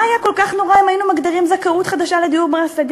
מה היה כל כך נורא אם היינו מגדירים זכאות חדשה לדיור בר-השגה?